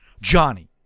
Johnny